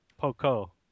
Poco